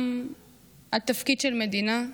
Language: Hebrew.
גם התפקיד של מדינה,